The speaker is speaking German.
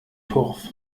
turf